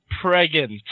pregnant